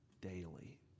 daily